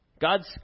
God's